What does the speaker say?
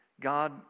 God